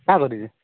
କାଣ କରିବି